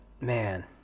man